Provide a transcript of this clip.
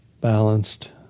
balanced